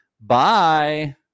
Bye